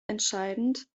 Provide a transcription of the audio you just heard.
entscheidend